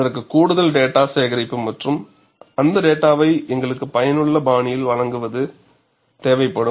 அதற்கு கூடுதல் டேட்டா சேகரிப்பு மற்றும் அந்த டேட்டாவை எங்களுக்கு பயனுள்ள பாணியில் வழங்குவது தேவைப்படும்